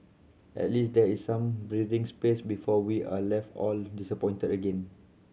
at least there is some breathing space before we are all left all disappointed again